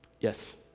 Yes